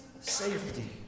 safety